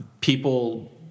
people